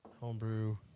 Homebrew